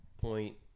point